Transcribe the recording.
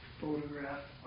photograph